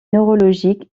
neurologiques